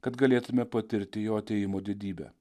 kad galėtume patirti jo atėjimo didybę